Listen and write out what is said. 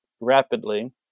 rapidly